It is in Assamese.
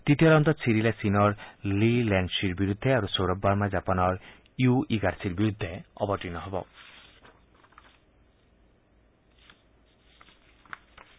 তৃতীয় ৰাউণ্ডত ছিৰিলে চীনৰ লী লেন শ্বিৰ বিৰুদ্ধে আৰু সৌৰভ বাৰ্মাই জাপানৰ য়ু ইগাৰ্ছিৰ বিৰুদ্ধে অৱতীৰ্ণ হ'ব